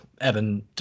Evan